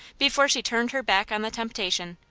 before she turned her back on the temptation.